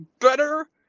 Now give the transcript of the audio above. better